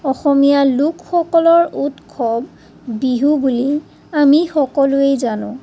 অসমীয়া লোকসকলৰ উৎসৱ বিহু বুলি আমি সকলোৱে জানো